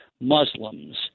Muslims